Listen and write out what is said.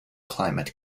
climate